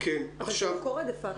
אבל זה לא קורה דה פקטו.